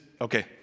okay